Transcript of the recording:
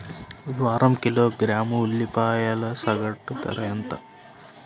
ఈ వారం కిలోగ్రాము ఉల్లిపాయల సగటు ధర ఎంత?